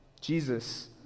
Jesus